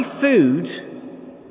food